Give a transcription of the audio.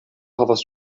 havas